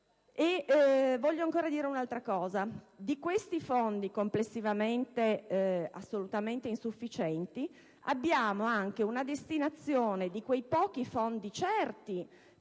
Voglio ancora dire che nell'ambito di questi fondi, complessivamente assolutamente insufficienti, vi è anche una destinazione dei pochi fondi certi